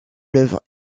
l’œuvre